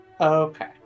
Okay